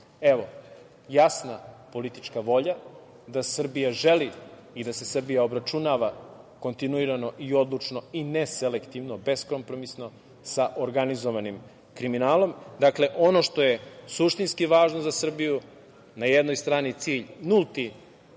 Evo, jasna politička volja da Srbija želi i da se Srbija obračunava kontinuirano i odlučno i neselektivno, beskompromisno sa organizovanim kriminalom. Dakle, ono što je suštinski važno za Srbiju na jednoj strani cilj nulti